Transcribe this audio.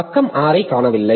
பக்கம் 6 ஐக் காணவில்லை